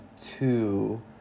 two